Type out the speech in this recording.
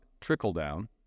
trickle-down